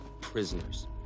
prisoners